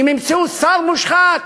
אם ימצאו שר מושחת